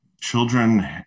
children